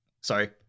Sorry